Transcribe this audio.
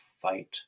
fight